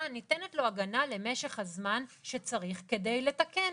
ניתנת לו הגנה למשך הזמן שצריך כדי לתקן.